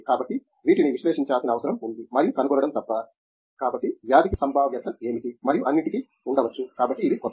కాబట్టి వీటిని విశ్లేషించాల్సిన అవసరం ఉంది మరియు కనుగొనడం తప్ప కాబట్టి వ్యాధికి సంభావ్యత ఏమిటి మరియు అన్నింటికీ ఉండవచ్చు కాబట్టి ఇవి కొత్తవి